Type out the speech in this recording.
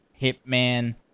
Hitman